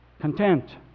Content